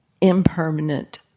impermanent